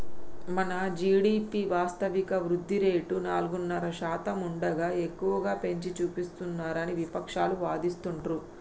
మన జీ.డి.పి వాస్తవిక వృద్ధి రేటు నాలుగున్నర శాతం ఉండగా ఎక్కువగా పెంచి చూపిస్తున్నారని విపక్షాలు వాదిస్తుండ్రు